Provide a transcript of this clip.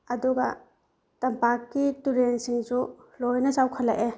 ꯑꯗꯨꯒ ꯇꯝꯄꯥꯛꯀꯤ ꯇꯨꯔꯦꯟꯁꯤꯡꯁꯨ ꯂꯣꯏꯅ ꯆꯥꯎꯈꯠꯂꯛꯑꯦ